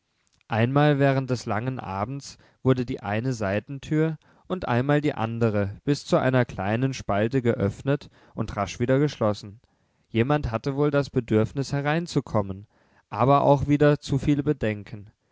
einmal während des langen abends wurde die eine seitentür und einmal die andere bis zu einer kleinen spalte geöffnet und rasch wieder geschlossen jemand hatte wohl das bedürfnis hereinzukommen aber auch wieder zu viele bedenken